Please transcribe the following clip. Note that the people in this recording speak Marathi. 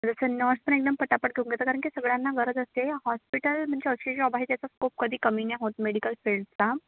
जसं नर्स पण एकदम पटापट घेऊन घेतात कारण की सगळ्यांना गरज असते हॉस्पिटल म्हणजे अशी जॉब आहे त्याचा स्कोप कधी कमी नाही होत मेडिकल फील्डचा